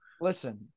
Listen